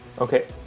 Okay